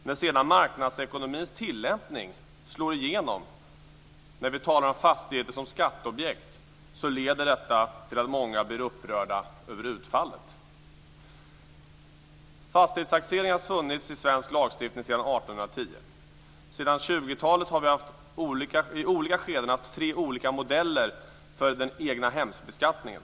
När sedan marknadsekonomins tillämpning slår igenom när vi talar om fastigheter som skatteobjekt, leder detta till att många blir upprörda över utfallet. Fastighetstaxering har funnits i svensk lagstiftning sedan 1810. Sedan 20-talet har vi i olika skeden haft tre olika modeller för egnahemsbeskattningen.